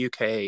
UK